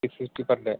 six fifty per day